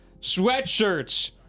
sweatshirts